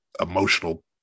emotional